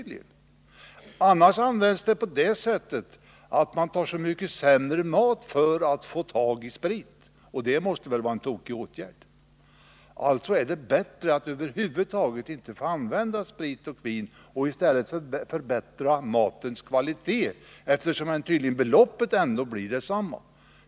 Om detta undantag inte görs kan det hända att folk tar mycket sämre mat för att få möjlighet att ta sprit, och det måste väl vara tokigt. Det är alltså bättre att man över huvud taget inte får använda representationspengar till sprit och vin utan att det i stället blir en förbättring av matens kvalitet, när beloppet är detsamma.